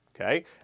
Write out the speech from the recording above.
Okay